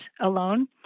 alone